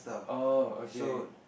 oh okay